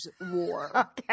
war